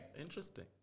Interesting